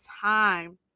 time